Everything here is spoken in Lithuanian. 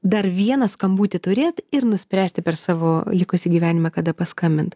dar vieną skambutį turėt ir nuspręsti per savo likusį gyvenimą kada paskambint